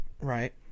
right